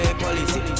policy